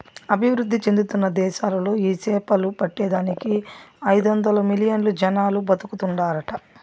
అభివృద్ధి చెందుతున్న దేశాలలో ఈ సేపలు పట్టే దానికి ఐదొందలు మిలియన్లు జనాలు బతుకుతాండారట